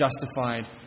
justified